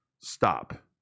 stop